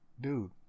dude